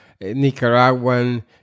Nicaraguan